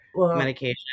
medication